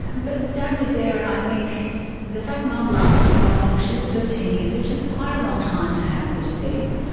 but dad was there and i think the fact that mum lasted so long, she was thirteen years, which is quite a long time to have the disease,